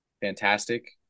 fantastic